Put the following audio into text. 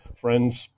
friends